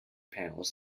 panels